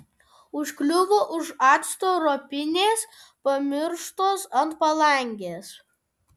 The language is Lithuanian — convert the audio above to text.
užkliuvo už acto ropinės pamirštos ant palangės